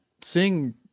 seeing